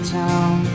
town